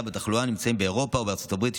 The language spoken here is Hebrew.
בתחלואה נמצאים באירופה ובארצות הברית,